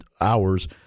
hours